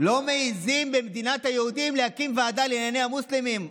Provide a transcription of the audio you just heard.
לא מעיזים במדינת היהודים להקים ועדה לענייני המוסלמים,